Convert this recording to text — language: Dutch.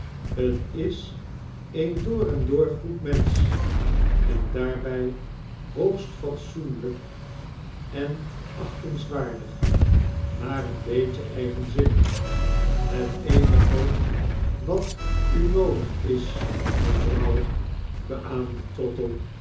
t is een door en door goed mensch en daarby hoogst fatsoenlijk en achtingswaardig maar een beetje eigenzinnig het eenige wat u noodig is mevrouw beaamde trottle